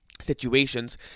situations